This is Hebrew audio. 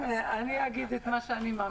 אני אגיד את מה שאני מאמינה בו.